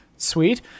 sweet